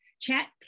chat